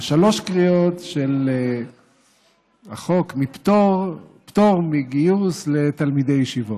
בשלוש קריאות, חוק פטור מגיוס לתלמידי ישיבות.